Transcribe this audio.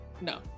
No